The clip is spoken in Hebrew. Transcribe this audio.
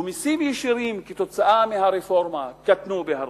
והמסים הישירים בגלל הרפורמה קטנו בהרבה,